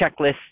checklist